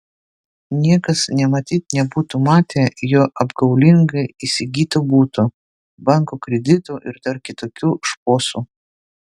niekas nė matyt nebūtų matę jo apgaulingai įsigyto buto banko kreditų ir dar kitokių šposų